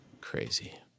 Crazy